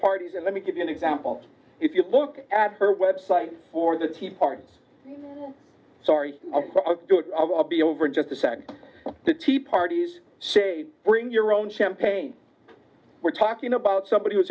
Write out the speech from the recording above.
parties and let me give you an example if you look at her website for the tea party sorry i'll be over just to set the tea parties say bring your own champagne we're talking about somebody w